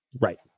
Right